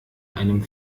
einem